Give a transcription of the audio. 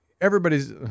everybody's